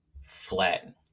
flatten